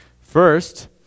First